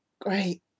great